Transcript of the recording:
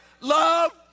love